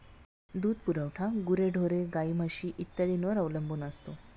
दूध पुरवठा गुरेढोरे, गाई, म्हशी इत्यादींवर अवलंबून असतो